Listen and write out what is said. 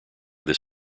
this